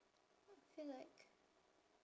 feel like